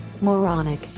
moronic